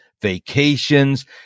vacations